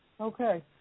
Okay